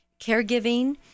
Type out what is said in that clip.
caregiving